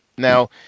Now